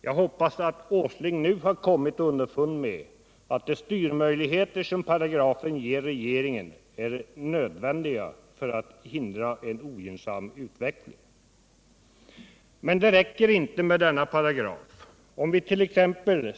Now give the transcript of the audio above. Jag hoppas att Nils Åsling nu har kommit underfund med att de styrmöjligheter som paragrafen ger regeringen är nödvändiga för att hindra en ogynnsam utveckling. Men det räcker inte med denna paragraf. Om vit.ex.